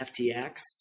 FTX